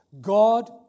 God